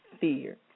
fear